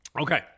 Okay